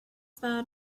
that